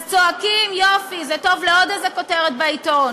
אז צועקים, יופי, זה טוב לעוד איזה כותרת בעיתון.